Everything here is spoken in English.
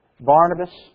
Barnabas